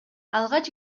алгач